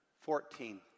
fourteen